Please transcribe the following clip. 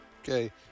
Okay